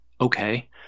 okay